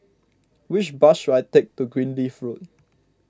which bus should I take to Greenleaf Road